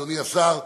אדוני השר: